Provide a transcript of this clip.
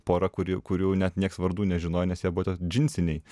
pora kuri kurių net nieks vardų nežinojo nes jie buvo tie džinsiniai